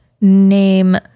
name